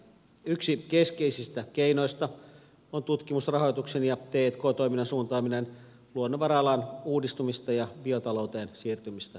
yksi keskeisistä keinoista on tutkimusrahoituksen ja t k toiminnan suuntaaminen luonnonvara alan uudistumista ja biotalouteen siirtymistä tukevaksi